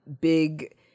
big